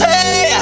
Hey